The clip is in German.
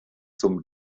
zum